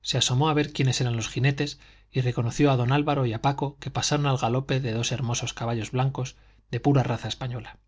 se asomó a ver quiénes eran los jinetes y reconoció a don álvaro y a paco que pasaron al galope de dos hermosos caballos blancos de pura raza española